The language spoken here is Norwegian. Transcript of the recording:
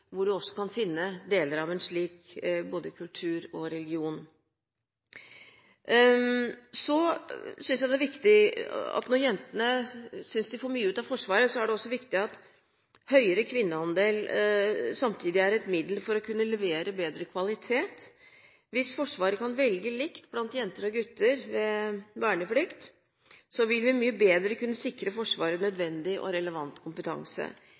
hvor en også kan finne deler av en slik kultur og religion. Så synes jeg at når jentene synes de får mye ut av Forsvaret, er det også viktig at høyere kvinneandel samtidig er et middel for å kunne levere bedre kvalitet. Hvis Forsvaret kan velge likt blant jenter og gutter når det gjelder verneplikt, vil vi mye bedre kunne sikre Forsvaret nødvendig og relevant kompetanse.